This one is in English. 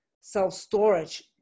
self-storage